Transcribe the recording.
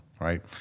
right